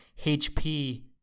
HP